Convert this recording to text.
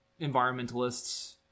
environmentalists